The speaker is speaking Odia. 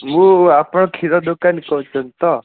ମୁଁ ଆପଣ କ୍ଷୀର ଦୋକାନୀ କହୁଛନ୍ତି ତ